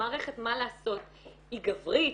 המערכת, מה לעשות, היא גברית,